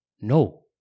No